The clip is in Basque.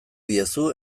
diezu